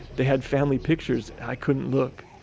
they had family pictures. i couldn't look,